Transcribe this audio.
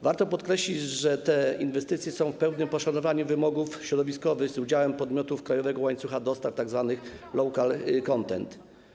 Warto podkreślić, że te inwestycje są czynione w pełnym poszanowaniu wymogów środowiskowych z udziałem podmiotów krajowego łańcucha dostaw, tzw. local content.